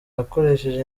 yakoresheje